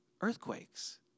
earthquakes